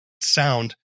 Sound